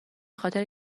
خاطر